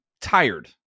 tired